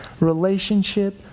relationship